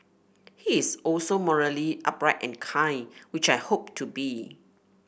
he is also morally upright and kind which I hope to be